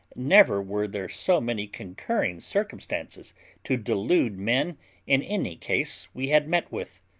never were there so many concurring circumstances to delude men in any case we had met with.